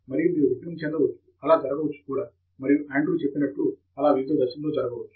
మరియు మీరు విఫలము చెందవచ్చు అలా జరగవచ్చు కూడా మరియు ఆండ్రూ చెప్పినట్లు అలా వివిధ దశలలో జరగవచ్చు